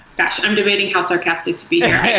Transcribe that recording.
gosh! i'm debating how sarcastic to be here.